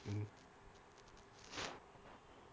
mm